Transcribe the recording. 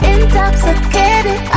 Intoxicated